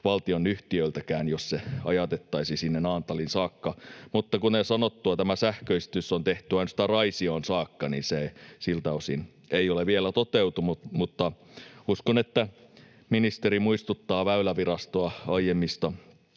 valtionyhtiöltäkään, jos se ajatettaisiin Naantaliin saakka. Mutta kuten sanottu, tämä sähköistys on tehty ainoastaan Raisioon saakka, joten siltä osin se ei ole vielä toteutunut, mutta uskon, että ministeri muistuttaa Väylävirastoa aiemmista